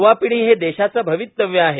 यूवा पिढी हे देशाचं भवितव्य आहे